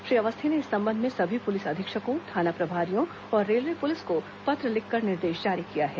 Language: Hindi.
श्री अवस्थी ने इस संबंध में सभी पुलिस अधीक्षकों थाना प्रभारियों और रेलवे पुलिस को पत्र लिखकर निर्देश जारी किया है